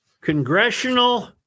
congressional